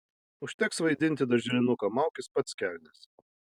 užteks vaidinti darželinuką maukis pats kelnes